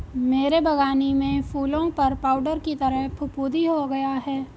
मेरे बगानी में फूलों पर पाउडर की तरह फुफुदी हो गया हैं